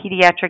pediatric